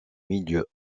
milieu